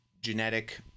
genetic